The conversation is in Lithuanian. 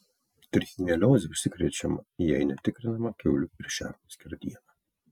trichinelioze užsikrečiama jei netikrinama kiaulių ir šernų skerdiena